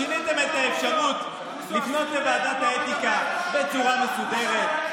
שיניתם את האפשרות לפנות לוועדת האתיקה בצורה מסודרת,